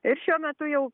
ir šiuo metu jau